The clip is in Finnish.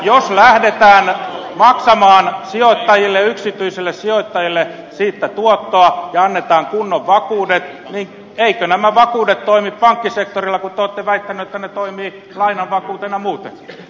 jos lähdetään maksamaan sijoittajille yksityisille sijoittajille siitä tuottoa ja annetaan kunnon vakuudet niin eivätkö nämä vakuudet toimi pankkisektorilla kun te olette väittäneet että ne toimivat lainan vakuutena muuten